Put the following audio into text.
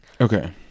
Okay